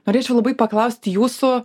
norėčiau labai paklausti jūsų